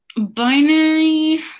Binary